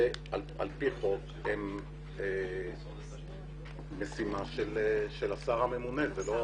על פי חוק, זאת משימה של השר הממונה.